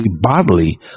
bodily